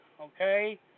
okay